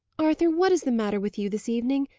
arthur, what is the matter with you this evening?